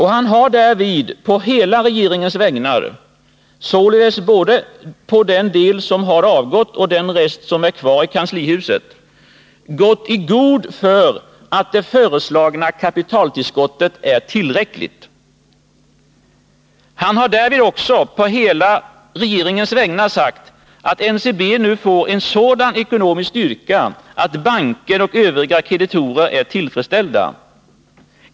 Han har därvid på hela regeringens vägnar — således både den del som avgått och den rest som är kvar i kanslihuset — gått i god för att det föreslagna kapitaltillskottet är tillräckligt. Han har också på hela regeringens vägnar sagt att NCB nu får en sådan ekonomisk styrka, att banker och övriga kreditorer är tillfredsställda.